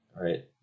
Right